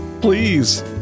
Please